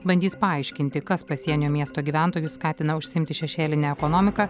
bandys paaiškinti kas pasienio miesto gyventojus skatina užsiimti šešėline ekonomika